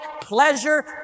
pleasure